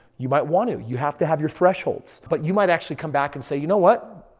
you might want to. you have to have your thresholds. but you might actually come back and say, you know what?